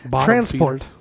transport